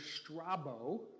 Strabo